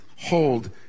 hold